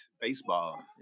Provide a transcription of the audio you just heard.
baseball